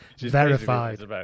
Verified